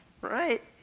right